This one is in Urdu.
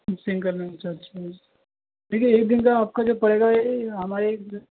سنگل میں اچھا اچھا ٹھیک ہے ایک دن کا آپ کا جو پڑے گا ہمارے